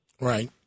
Right